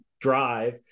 drive